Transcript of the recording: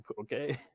Okay